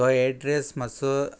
तो एड्रेस मात्सो